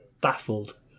baffled